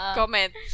comment